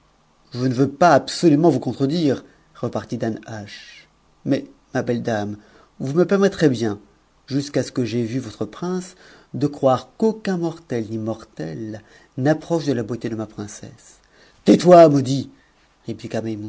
je ne veux pas absolument vous contredire repartit danhascb mais ma belle dame vous me permettrez bien jusqu'à ce que j'aie vu votre prince de croire qu'aucun mortel ni mortelle n'approche de la beauté de ma princesse tais-toi maudit